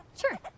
Sure